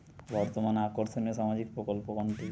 বর্তমানে আকর্ষনিয় সামাজিক প্রকল্প কোনটি?